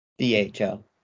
DHL